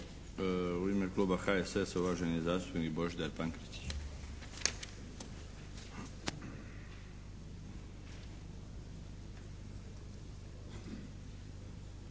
U ime kluba HSSA-a uvaženi zastupnik Božidar Pankretić.